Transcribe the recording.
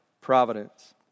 providence